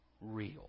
real